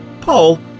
Paul